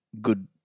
good